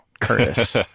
Curtis